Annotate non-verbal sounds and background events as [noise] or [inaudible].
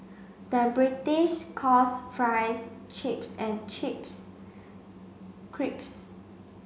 the British calls fries chips and chips [unintelligible]